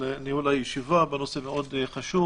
תודה על ניהול הישיבה בנושא מאוד חשוב